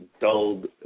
dulled